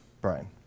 Brian